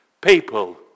People